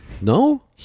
No